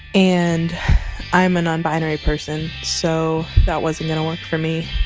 and i am a non-binary person so that wasn't going to work for me,